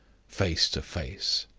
face to face.